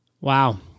Wow